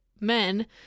men